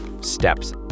steps